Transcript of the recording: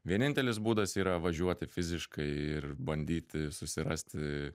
vienintelis būdas yra važiuoti fiziškai ir bandyti susirasti